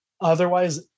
otherwise